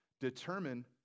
determine